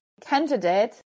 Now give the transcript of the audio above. candidate